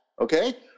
Okay